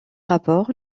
rapports